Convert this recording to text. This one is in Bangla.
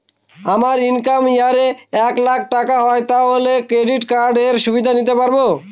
আমার ইনকাম ইয়ার এ এক লাক টাকা হয় তাহলে ক্রেডিট কার্ড এর সুবিধা নিতে পারবো?